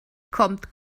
kommt